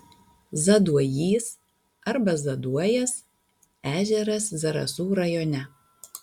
zaduojys arba zaduojas ežeras zarasų rajone